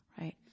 right